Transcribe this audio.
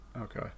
Okay